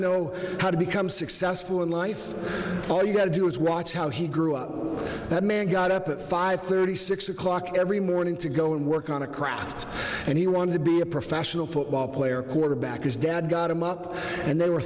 know how to become successful in life all you got to do is watch how he grew up that man got up at five thirty six o'clock every morning to go and work on a craft and he wanted to be a professional football player quarterback his dad got him up and they were